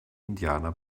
indianer